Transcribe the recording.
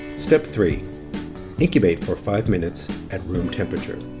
step three incubate for five minutes at room temperature.